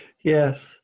yes